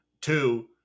Two